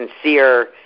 sincere